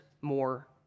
more